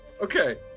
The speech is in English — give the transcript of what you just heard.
Okay